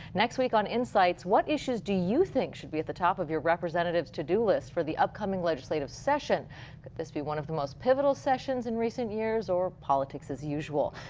next week on insights what issues do you think should be at the top of your representative's to-do list for the upcoming legislative session. could this be one of the most pivotal sessions in recent years years or politics as usual.